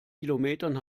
kilometern